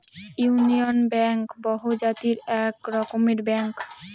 union Bank বহুজাতিক এক রকমের ব্যাঙ্ক